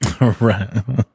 Right